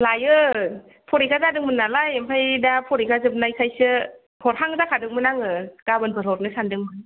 लायो फरिखा जादोंमोन नालाय ओमफ्राय दा फरिखा जोबनायखायसो हरहां जाखादोंमोन आङो गाबोनफोर हरनो सानदोंमोन